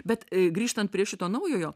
bet grįžtant prie šito naujojo